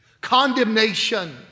Condemnation